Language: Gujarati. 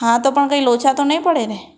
હા તો પણ કંઇ લોચા તો નહીં પડે ને